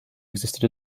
existed